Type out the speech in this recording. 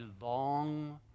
long